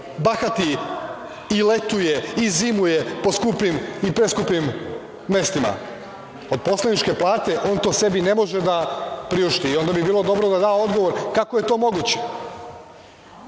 bahati i letuje i zimuje po skupim i preskupim mestima. Od poslaničke plate on to sebi ne može da priušti. Onda bi bilo dobro da da odgovor kako je to moguće. Lakše